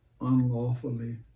unlawfully